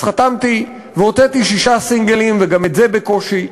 אז חתמתי והוצאתי שישה סינגלים, וגם את זה בקושי.